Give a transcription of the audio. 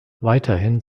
weiterhin